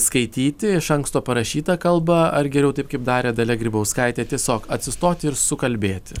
skaityti iš anksto parašytą kalbą ar geriau taip kaip darė dalia grybauskaitė tiesiog atsistoti ir sukalbėti